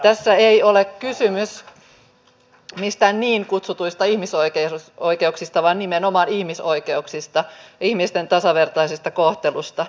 tässä ei ole kysymys mistään niin kutsutuista ihmisoikeuksista vaan nimenomaan ihmisoikeuksista ja ihmisten tasavertaisesta kohtelusta